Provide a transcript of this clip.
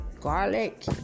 garlic